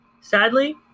Sadly